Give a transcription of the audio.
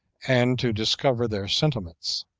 and to discover their sentiments.